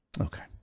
Okay